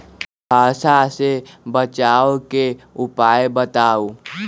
कुहासा से बचाव के उपाय बताऊ?